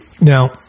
Now